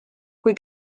kui